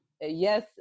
yes